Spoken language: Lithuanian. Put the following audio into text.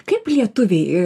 kaip lietuviai